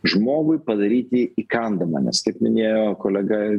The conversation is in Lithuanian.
žmogui padaryti įkandamą nes kaip minėjo kolega